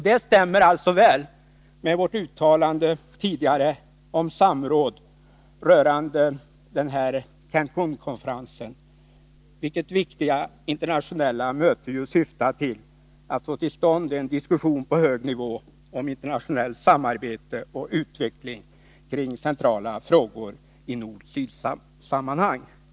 Det stämmer alltså väl med vårt uttalande tidigare om samråd rörande Cancän-konferensen, vilket viktiga internationella möte ju syftade till att få till stånd en diskussion på hög nivå om internationellt samarbete och utveckling kring centrala frågor i nord-syd-sammanhang.